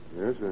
yes